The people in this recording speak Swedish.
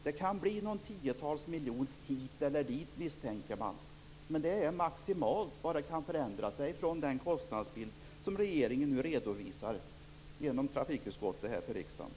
Det kan bli någon tiotals miljon hit eller dit, misstänker man, men det är också den maximala förändringen från den kostnadsbild som regeringen nu redovisar för riksdagen genom trafikutskottet.